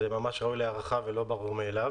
זה ממש ראוי להערכה ולא ברור מאליו,